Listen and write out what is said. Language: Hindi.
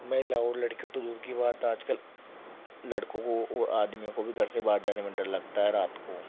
महिलाओं लड़कियों की तो दूर कि बात है आज कल लड़कों को आदमियों को भी घर से बाहर जाने में डर लगता है रात को